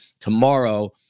tomorrow